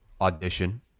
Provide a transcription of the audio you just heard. audition